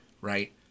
right